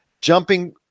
jumping